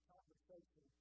conversation